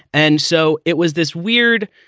and so it was this weird.